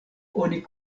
oni